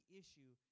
issue